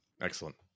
excellent